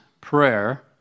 prayer